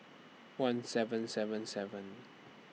one seven seven seven